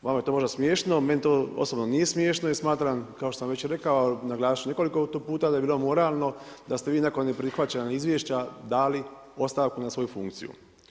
Vama je to možda smiješno, meni to osobno nije smiješno i smatram kao što sam već rekao, naglasit ću nekoliko to puta, da bi bilo moralno da ste vi nakon neprihvaćanja izvješća dali ostavku na svoju funkciju.